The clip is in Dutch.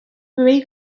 bewegen